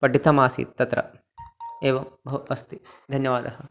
पठितमासीत् तत्र एवम् भोः अस्ति धन्यवादः